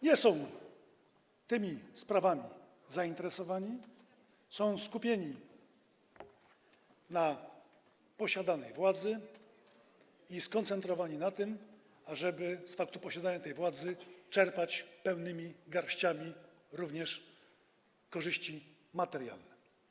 Nie są tymi sprawami zainteresowani, są skupieni na posiadanej władzy i skoncentrowani na tym, ażeby z faktu posiadania tej władzy czerpać pełnymi garściami również korzyści materialne.